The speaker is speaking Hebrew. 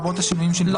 לא במצב בריאותי מיוחד.